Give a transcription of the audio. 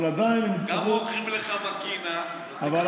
גם מוכרים לך מקינה וגם אומרים לך,